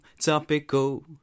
topical